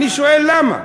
אני שואל, למה?